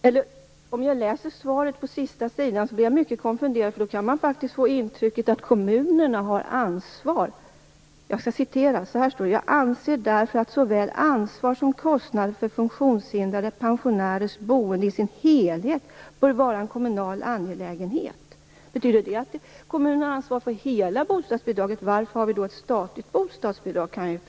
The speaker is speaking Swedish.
När jag läser på sista sidan i svaret blir jag mycket konfunderad. Man kan faktiskt få intrycket att kommunerna har ansvaret. Jag skall citera: "Jag anser därför att såväl ansvar som kostnader för funktionshindrade pensionärers boende i sin helhet bör vara en kommunal angelägenhet -". Betyder det att kommunerna har ansvar för hela bostadsbidraget? Varför har vi då ett statligt bostadsbidrag?